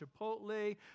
Chipotle